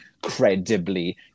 Credibly